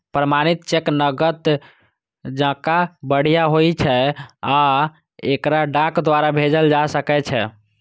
प्रमाणित चेक नकद जकां बढ़िया होइ छै आ एकरा डाक द्वारा भेजल जा सकै छै